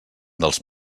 dels